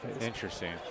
Interesting